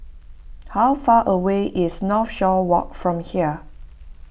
how far away is Northshore Walk from here